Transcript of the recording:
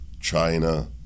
China